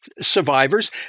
survivors